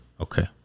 Okay